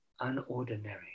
unordinary